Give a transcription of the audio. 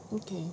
okay